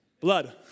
blood